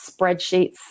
spreadsheets